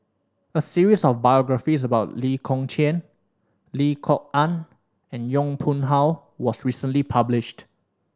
a series of biographies about Lee Kong Chian Lim Kok Ann and Yong Pung How was recently published